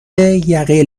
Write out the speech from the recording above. یقه